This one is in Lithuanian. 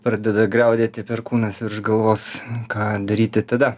pradeda griaudėti perkūnas virš galvos ką daryti tada